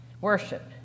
Worship